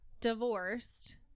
divorced